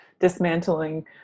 dismantling